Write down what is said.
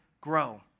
grow